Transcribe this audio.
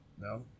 No